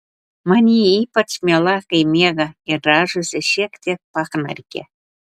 man ji ypač miela kai miega ir rąžosi šiek tiek paknarkia